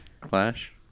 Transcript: Clash